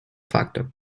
factor